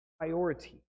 priority